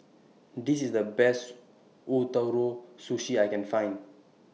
This IS The Best Ootoro Sushi I Can Find